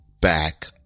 back